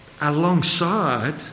Alongside